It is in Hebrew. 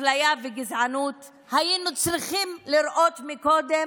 אפליה וגזענות, היינו צריכים לראות קודם,